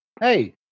Hey